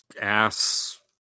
ass